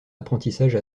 apprentissage